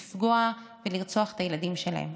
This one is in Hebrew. לפגוע ולרצוח את הילדים שלהם.